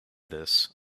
this